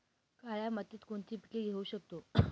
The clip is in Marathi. काळ्या मातीत कोणती पिके घेऊ शकतो?